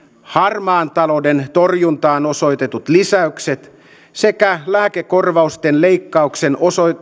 harmaan talouden torjuntaan osoitetut lisäykset sekä lääkekorvausten leikkauksen